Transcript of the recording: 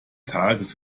tages